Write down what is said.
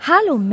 Hallo